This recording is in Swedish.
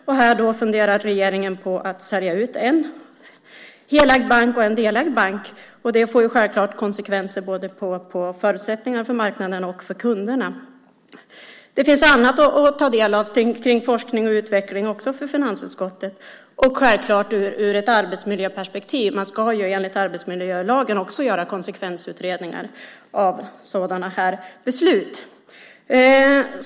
Och regeringen funderar på att sälja ut en helägd bank och en delägd bank. Det får självklart konsekvenser både för förutsättningarna för marknaden och för kunderna. Det finns annat att ta del av i fråga om forskning och utveckling för finansutskottet och självklart i fråga om ett arbetsmiljöperspektiv. Man ska ju enligt arbetsmiljölagen också göra konsekvensutredningar av sådana här beslut.